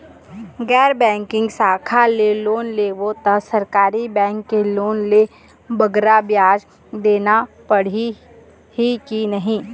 गैर बैंकिंग शाखा ले लोन लेबो ता सरकारी बैंक के लोन ले बगरा ब्याज देना पड़ही ही कि नहीं?